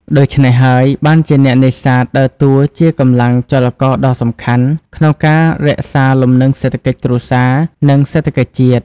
ដូច្នេះហើយ បានជាអ្នកនេសាទដើរតួជាកម្លាំងចលករដ៏សំខាន់ក្នុងការរក្សាលំនឹងសេដ្ឋកិច្ចគ្រួសារ និងសេដ្ឋកិច្ចជាតិ។